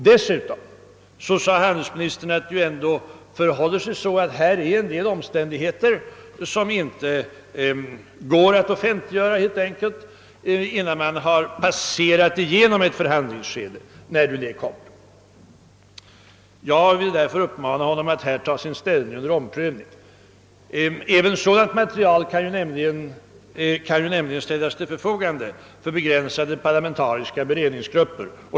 Dessutom sade handelsministern att det ändå förhåller sig så, att en del ting helt enkelt inte går att offentliggöra innan man har passerat igenom ett förhandlingsskede — när nu det kommer. Jag vill uppmana handelsministern att ta sin inställning till parlamentariska beredningar under omprövning. Även sådant material som inte kan offentliggöras kan ju ställas till förfogande för begränsade parlamentariska <beredningsgrupper.